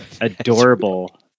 Adorable